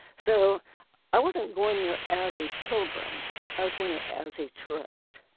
so i wasn't going there as a pilgrim i was going there as a tourist.